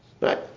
Right